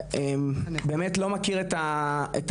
אני באמת לא מכיר את הסיפור,